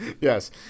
yes